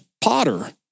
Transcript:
Potter